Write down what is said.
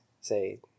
say